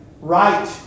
right